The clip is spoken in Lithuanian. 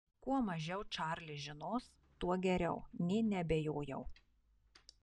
kuo mažiau čarlis žinos tuo geriau nė neabejojau